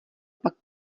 pak